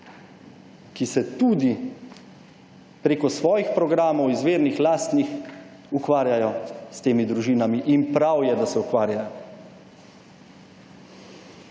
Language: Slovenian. ki se tudi, preko svojih programov, izvirnih, lastnih, ukvarjajo s temi družinami in prav je, da se ukvarjajo.